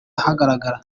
ahagaragara